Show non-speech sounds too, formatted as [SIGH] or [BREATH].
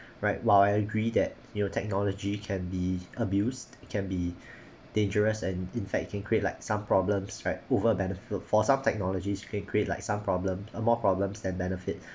right while I agree that you know technology can be abused can be [BREATH] dangerous and in fact can create like some problems right over bene~ fo~ for some technologies can create like some problem uh more problems than benefit